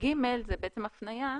(ג) הוא בצעם הפניה.